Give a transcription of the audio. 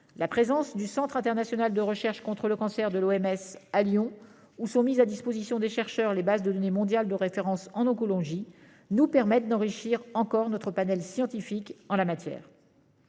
La présence du Centre international de recherche sur le cancer de l'Organisation mondiale de la santé (OMS), à Lyon, où sont mises à disposition des chercheurs les bases de données mondiales de référence en oncologie, nous permet d'enrichir encore notre panel scientifique en la matière.